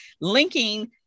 linking